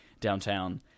downtown